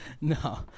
No